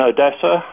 Odessa